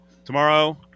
Tomorrow